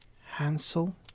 Hansel